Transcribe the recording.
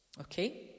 Okay